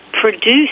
produce